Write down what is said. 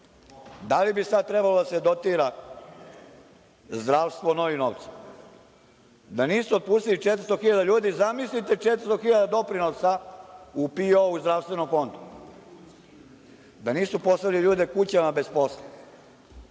Da li bi sad trebalo da se dotira zdravstvo novim novcima? Da nisu otpustili 400.000 ljudi, zamislite 400.000 doprinosa u PIO, u Zdravstvenom fondu. Da nisu poslali ljude kućama bez posla,